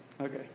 okay